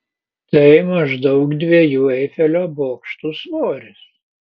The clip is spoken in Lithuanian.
tai maždaug dviejų eifelio bokštų svoris